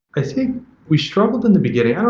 i think we struggled in the beginning.